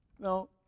No